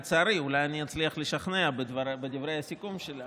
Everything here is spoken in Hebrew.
לצערי אולי אני אצליח לשכנע בדברי הסיכום שלי,